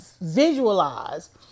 visualize